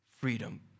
freedom